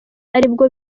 aribwo